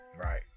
Right